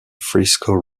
frisco